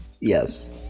Yes